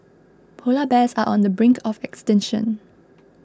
Polar Bears are on the brink of extinction